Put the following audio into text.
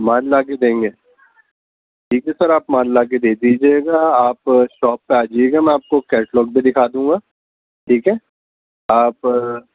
مال لا کے دیں گے ٹھیک ہے سر آپ مال لا کے دے دیجیے گا آپ شاپ پہ آ جائیے گا میں آپ کو کیٹلاگ بھی دکھا دوں گا ٹھیک ہے آپ